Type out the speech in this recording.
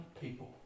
people